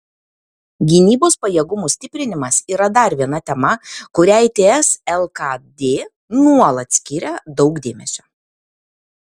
gynybos pajėgumų stiprinimas yra dar viena tema kuriai ts lkd nuolat skiria daug dėmesio